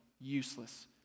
useless